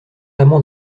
amans